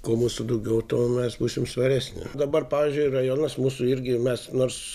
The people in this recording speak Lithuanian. kuo mūsų daugiau to mes būsim svaresni dabar pavyzdžiui rajonas mūsų irgi mes nors